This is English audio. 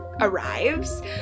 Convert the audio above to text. arrives